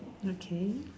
okay